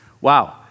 Wow